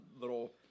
little